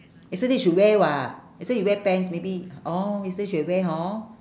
yesterday you should wear [what] yesterday you wear pants maybe orh yesterday should have wear hor